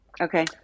Okay